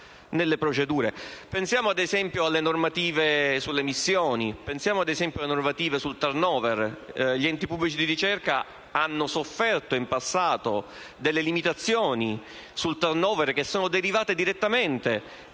pensi - ad esempio - alle normative sulle missioni o sul *turnover*: gli enti pubblici di ricerca hanno sofferto, in passato, delle limitazioni sul *turnover*, che sono derivate direttamente